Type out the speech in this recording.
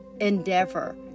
endeavor